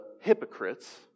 hypocrites